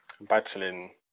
battling